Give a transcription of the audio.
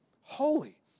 Holy